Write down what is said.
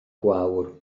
gwawr